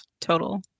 total